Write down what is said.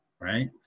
Right